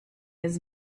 his